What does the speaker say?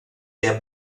der